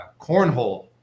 cornhole